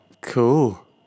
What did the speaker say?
Cool